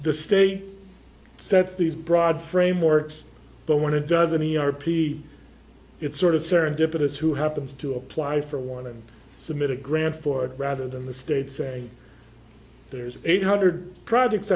the state sets these broad frameworks but when it does any r p it's sort of serendipitous who happens to apply for one and submit a grant for it rather than the state say there's eight hundred projects